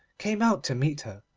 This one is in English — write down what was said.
came out to meet her,